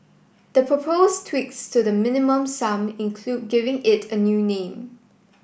the proposed tweaks to the Minimum Sum include giving it a new name